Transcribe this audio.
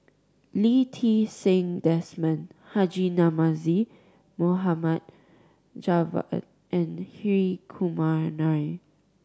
Lee Ti Seng Desmond Haji Namazie Mohamed Javad and Hri Kumar Nair